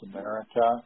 America